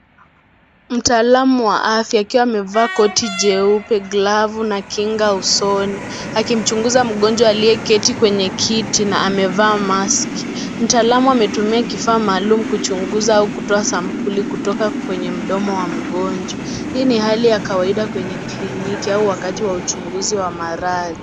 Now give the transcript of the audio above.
Mtaalam wa afya akiwa amevaa koti jeupe, glavu na kinga usoni akimchinguza mgonjwa aliyeketi kwenye kiti na amevaa maski. Mtaalamu ametumia kifaa maalum kucgunguza au kutoa sampuli kutoka kwenye mdomo wa mgonjwa ,hii ni hali ya kawaida kwenye kliniki au wakati wa uchunguzi wa maradhi.